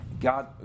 God